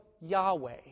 Yahweh